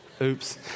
Oops